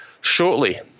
shortly